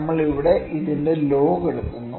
നമ്മൾ ഇവിടെ ഇതിന്റെ ലോഗ് എടുക്കുന്നു